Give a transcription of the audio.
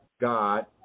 God